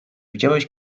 widziałeś